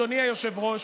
אדוני היושב-ראש,